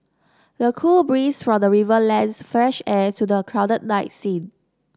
the cool breeze from the river lends fresh air to the crowded night scene